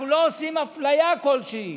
אנחנו לא עושים אפליה כלשהי.